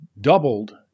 doubled